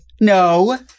No